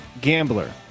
GAMBLER